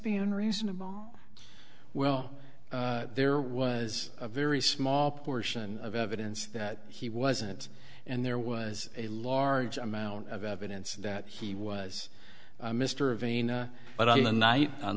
be unreasonable well there was a very small portion of evidence that he wasn't and there was a large amount of evidence that he was mr vane but on the night on